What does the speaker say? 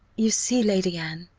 you see, lady anne,